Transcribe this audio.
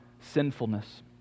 sinfulness